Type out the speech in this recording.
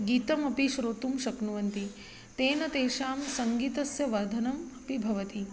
गीतमपि श्रोतुं शक्नुवन्ति तेन तेषां सङ्गीतस्य वर्धनम् अपि भवति